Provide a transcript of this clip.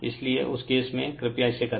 इसलिए उस केस में कृपया इसे करें